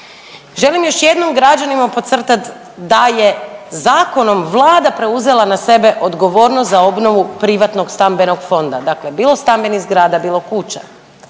Želim još jednom građanima podcrtat da je zakonom Vlada preuzela na sebe odgovornost za obnovu privatnog stambenog fonda, bilo stambenih zgrada, bilo kuća,